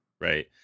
Right